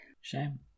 Shame